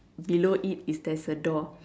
below it is there's a door